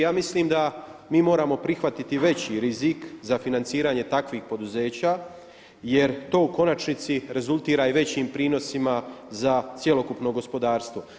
Ja mislim da mi moramo prihvatiti veći rizik za financiranje takvih poduzeća jer to u konačnici rezultira i većim prinosima za cjelokupno gospodarstvo.